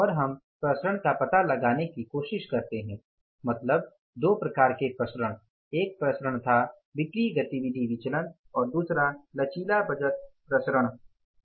और हम विचरण का पता लगाने की कोशिश करते हैं मतलब दो प्रकार के विचरण एक विचरण था बिक्री गतिविधि विचलन और दूसरा लचीला बजट विचरण था